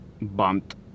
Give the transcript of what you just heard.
bumped